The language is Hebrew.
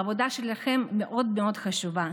העבודה שלכם מאוד מאוד חשובה.